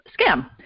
scam